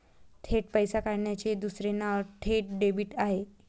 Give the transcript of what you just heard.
थेट पैसे काढण्याचे दुसरे नाव थेट डेबिट आहे